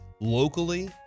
locally